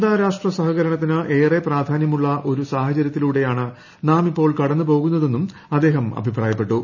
അന്താരാഷ്ട്ര സഹകരണത്തിന് ഏറെ പ്രാധാന്യമുളള ഒരു സാഹചരൃത്തിലൂടെയാണ് നാമിപ്പോൾ കടന്നുപോകുന്നതെന്നും അദ്ദേഹം അഭിപ്രായപ്പെട്ടു